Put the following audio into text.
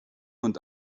und